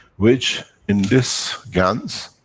which, in this gans,